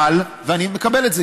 ואני מקבל את זה.